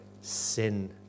sin